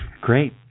Great